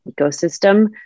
ecosystem